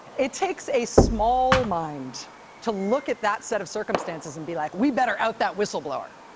it takes a small mind to look at that set of circumstances and be like, we better out that whistleblower.